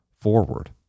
forward